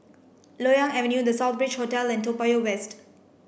Loyang Avenue the Southbridge Hotel and Toa Payoh West